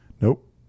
nope